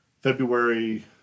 February